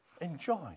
enjoy